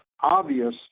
obvious